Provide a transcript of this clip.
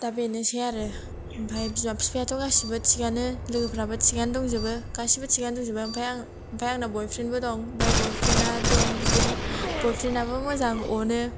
दा बेनोसै आरो ओमफ्राय बिमा बिफायाथ' गासिबो थिगानो लोगोफोराबो थिगानो गासिबो थिगानो दंजोबो ओमफ्राय आंनाव बइफ्रेण्डबो दं बइफ्रेण्डा दं बिदिनो बइफ्रेण्डाबो मोजां अनो